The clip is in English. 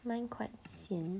mine quite sian